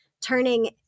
turning